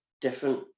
different